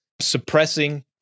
suppressing